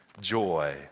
joy